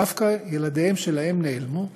דווקא ילדיהם שלהם נעלמו,